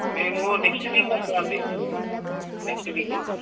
మేము next week వస్తామండీ next weekend